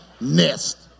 Nest